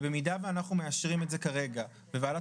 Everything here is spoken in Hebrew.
במידה ואנחנו מאשרים את זה כרגע וועדת